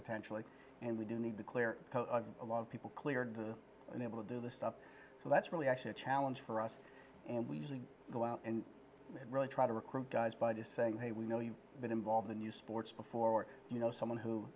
potentially and we do need to clear a lot of people cleared unable to do this stuff so that's really actually a challenge for us and we usually go out and really try to recruit guys by just saying hey we know you've been involved in new sports before you know someone who